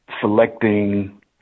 selecting